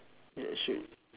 yeah shit